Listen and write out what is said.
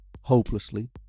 hopelessly